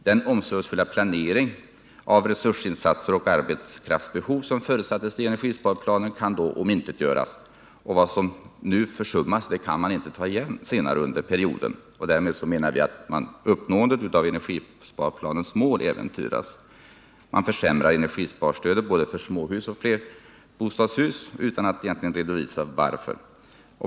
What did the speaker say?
Den omsorgsfulla planeringen av resursinsatser och arbetskraftsbehov som förutsattes i energisparplanen kan då omintetgöras, och vad som nu försummas kan man inte ta igen senare under perioden. Därmed menar vi att möjligheterna att uppnå energisparplanens mål äventyras. Man försämrar energisparstödet både för småhus och flerfamiljshus utan att egentligen redovisa varför.